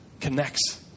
connects